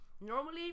normally